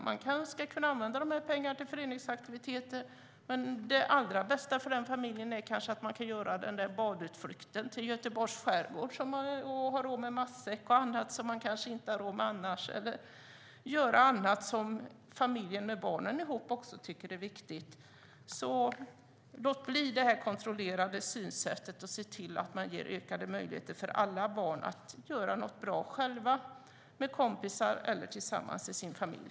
Man ska kunna använda pengarna till föreningsaktiviteter, men det allra bästa för en viss familj är kanske att de kan göra den där badutflykten till Göteborgs skärgård och ha råd med matsäck och annat som man kanske inte har råd med annars. Man kanske också kan göra annat ihop med familjen och barnen som man tycker är viktigt. Låt bli att ha det här kontrollerande synsättet, och se till att ge ökade möjligheter för alla barn göra någonting bra själva, med kompisar eller tillsammans med sin familj.